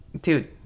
dude